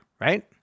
right